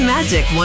Magic